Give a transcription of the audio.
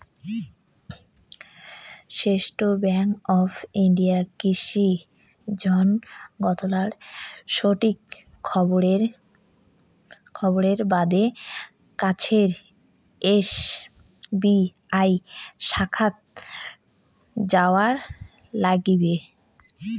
state bank of ইন্ডিয়ার কৃষি ঋণ গুলার সঠিক খবরের বাদে কাছের এস.বি.আই শাখাত যাওয়াৎ লাইগবে